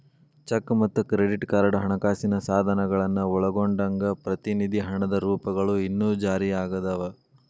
check ಮತ್ತ credit card ಹಣಕಾಸಿನ ಸಾಧನಗಳನ್ನ ಒಳಗೊಂಡಂಗ ಪ್ರತಿನಿಧಿ ಹಣದ ರೂಪಗಳು ಇನ್ನೂ ಜಾರಿಯಾಗದವ